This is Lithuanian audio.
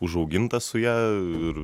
užaugintas su ja ir